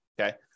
okay